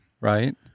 Right